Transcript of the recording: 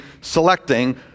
selecting